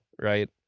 right